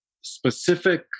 specific